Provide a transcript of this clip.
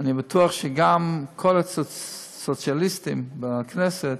אני בטוח שגם כל הסוציאליסטים בכנסת